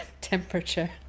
temperature